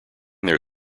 their